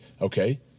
okay